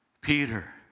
Peter